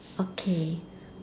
okay